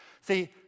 See